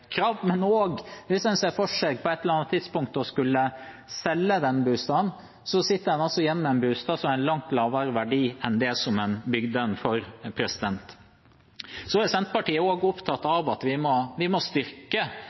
men også at hvis en ser for seg å skulle selge boligen på et eller annet tidspunkt, sitter en altså igjen med en bolig som har en langt lavere verdi enn det en bygde den for. Senterpartiet er også opptatt av at vi må styrke